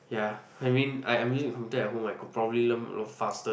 ya I mean I I'm using the computer at home I could probably learn a lot faster